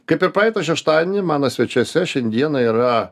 kaip ir praeitą šeštadienį mano svečiuose šiandieną yra